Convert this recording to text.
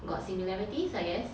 got similarities I guess